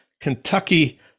Kentucky